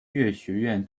学院